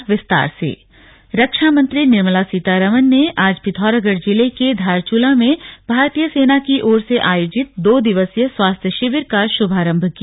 slug रक्षा मंत्री धारचूला रक्षा मंत्री निर्मला सीतारमण ने आज पिथौरागढ़ जिले के धारचूला में भारतीय सेना की ओर से आयोजित दो दिवसीय स्वास्थ्य शिविर का शुभारम्भ किया